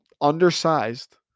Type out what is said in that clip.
Undersized